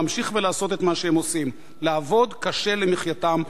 להמשיך ולעשות מה שהם עושים: לעבוד קשה למחייתם,